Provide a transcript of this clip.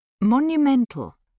Monumental